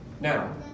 Now